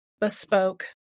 bespoke